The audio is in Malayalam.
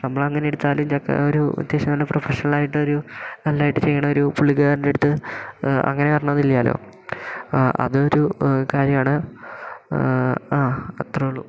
നമ്മൾ അങ്ങനെ എടുത്താലും ചെക്കൻ ഒരു അത്യാവശ്യം തന്നെ പ്രൊഫഷണൽ ആയിട്ടൊരു നല്ലതായിട്ട് ചെയ്യുന്ന ഒരു പുള്ളികാരൻ്റെ അടുത്ത് അങ്ങനെ പറഞ്ഞതില്ലാലോ അതൊരു കാര്യമാണ് ആ അത്രയുള്ളൂ